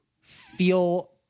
feel